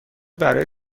برای